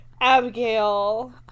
Abigail